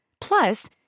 Plus